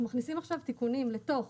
אנחנו מכניסים עכשיו תיקונים לתוך